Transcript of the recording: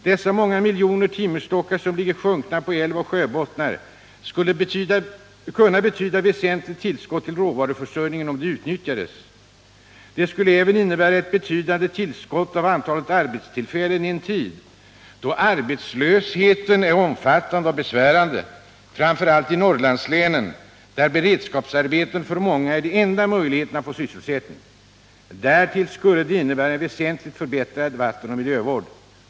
De många miljoner timmerstockar som ligger sjunkna på sjöoch älvbottnar skulle betyda ett väsentligt tillskott till råvaruförsörjningen om de utnyttjades. Det skulle även innebära ett betydande tillskott av arbetstillfällen i en tid då arbetslösheten är omfattande och besvärande, framför allt i Norrlandslänen där beredskapsarbeten för många är den enda möjligheten att få sysselsättning. Därtill skulle det innebära en väsentligt förbättrad vattenoch miljövård.